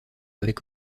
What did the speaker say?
avec